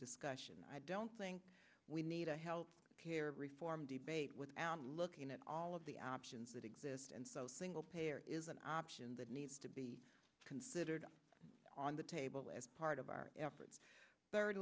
discussion i don't think we need a health care reform debate without looking at all of the options that exist and so single payer is an option that needs to be considered on the table as part of our efforts third